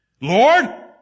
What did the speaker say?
Lord